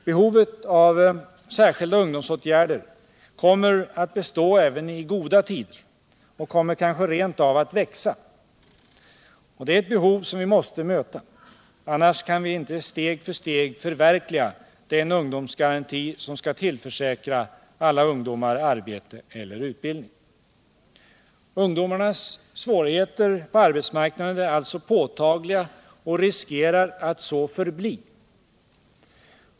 Behovet av särskilda ungdomsåtgärder kommer att bestå även i goda tider och kommer kanske rent av att växa. Det är ett behov som vi måste möta. Annars kan vi inte steg för steg förverkliga den ungdomsgaranti som skall tillförsäkra alla ungdomar arbete eller utbildning. Ungdomarnas svårigheter på arbetsmarknaden är alltså påtagliga och riskerar att så förbli.